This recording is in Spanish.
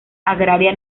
agraria